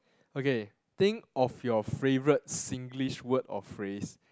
okay think of your favorite Singlish word or phrase